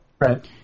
Right